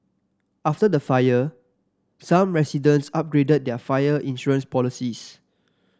after the fire some residents upgraded their fire insurance policies